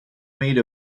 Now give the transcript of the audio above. made